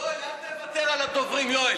יואל, אל תוותר על הדוברים, יואל.